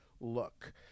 look